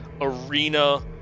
arena